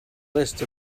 list